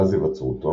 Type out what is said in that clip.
מאז היווצרותו,